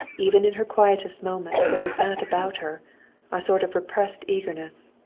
even in her quietest moments there was that about her a sort of repressed eagerness,